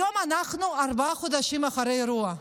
היום אנחנו ארבעה חודשים אחרי האירוע,